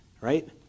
right